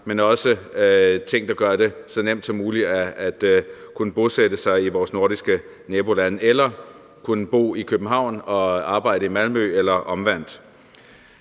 men også at det bliver så nemt som muligt at kunne bosætte sig i vores nordiske nabolande eller kunne bo i København og arbejde i Malmø eller omvendt.